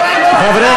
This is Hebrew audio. חברי